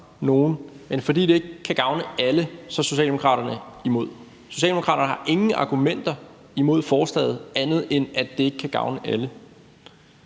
men fordi det ikke kan gavne alle, er Socialdemokraterne imod. Socialdemokraterne har ingen andre argumenter imod forslaget, end at det ikke kan gavne alle,